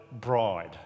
bride